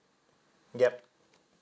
yup